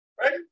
Right